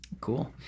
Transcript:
Cool